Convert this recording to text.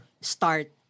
start